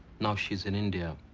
now she's in india,